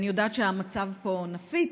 אני יודעת שהמצב פה נפיץ,